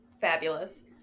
fabulous